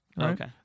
Okay